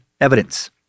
evidence